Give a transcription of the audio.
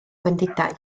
gwendidau